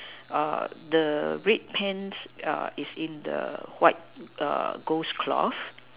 the red pants is in the white ghost cloth